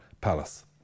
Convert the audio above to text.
palace